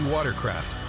Watercraft